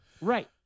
Right